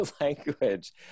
language